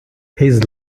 his